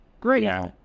Great